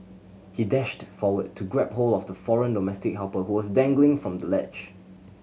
he dashed forward to grab hold of the foreign domestic helper who was dangling from the ledge